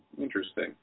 Interesting